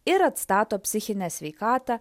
ir atstato psichinę sveikatą